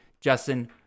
justin